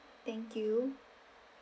thank you